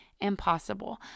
impossible